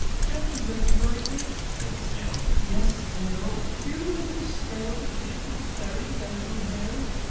don't you recognize me? said the snail. yes and no. do you remember the snail that lived with the fairy with azure hair?